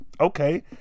okay